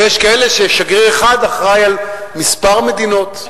ויש כאלה ששגריר אחד אחראי עליהן ועל עוד כמה מדינות.